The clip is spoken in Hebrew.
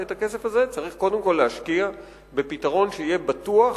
ואת הכסף הזה צריך קודם כול להשקיע בפתרון שיהיה בטוח,